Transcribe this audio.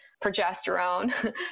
progesterone